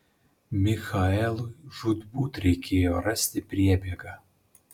michaelui žūtbūt reikėjo rasti priebėgą